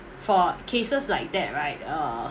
for cases like that right uh